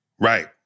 Right